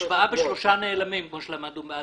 משוואה בשלושה נעלמים כמו שלמדנו באלגברה.